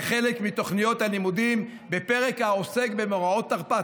כחלק מתוכניות הלימודים בפרק העוסק במאורעות תרפ"ט.